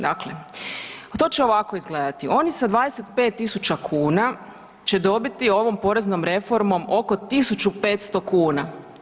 Dakle, to će ovako izgledati oni sa 25.000 kuna će dobiti ovom poreznom reformom oko 1.500 kuna.